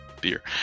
beer